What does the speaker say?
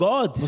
God